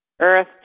Earth